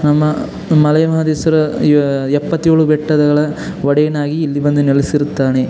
ನಮ್ಮ ಮಲೆ ಮಹದೇಶ್ವರ ಯ ಎಪ್ಪತ್ತೇಳು ಬೆಟ್ಟಗಳ ಒಡೆಯನಾಗಿ ಇಲ್ಲಿ ಬಂದು ನೆಲೆಸಿರುತ್ತಾನೆ